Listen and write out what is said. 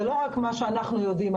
זה לא רק מה שאנחנו יודעים,